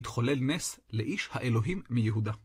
התחולל נס לאיש האלוהים מיהודה.